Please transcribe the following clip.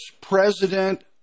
president